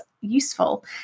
useful